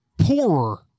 poorer